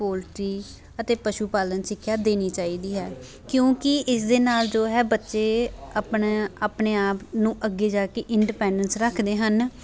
poultry ਅਤੇ ਪਸ਼ੂ ਪਾਲਣ ਸਿੱਖਿਆ ਦੇਣੀ ਚਾਹੀਦੀ ਹੈ ਕਿਉਂਕਿ ਇਸ ਦੇ ਨਾਲ ਜੋ ਹੈ ਬੱਚੇ ਆਪਣਾ ਆਪਣੇ ਆਪ ਨੂੰ ਅੱਗੇ ਜਾ ਕੇ ਇੰਨਡੀਪੈਨਡਸ ਰੱਖਦੇ ਹਨ